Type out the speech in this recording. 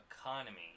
economy